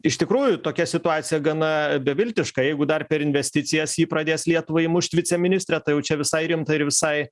iš tikrųjų tokia situacija gana beviltiška jeigu dar per investicijas ji pradės lietuvai mušt viceministre tai jau čia visai rimta ir visai